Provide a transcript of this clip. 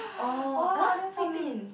orh ah what you mean